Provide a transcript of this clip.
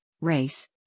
race